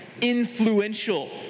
influential